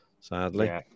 sadly